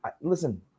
listen